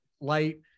light